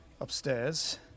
upstairs